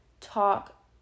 talk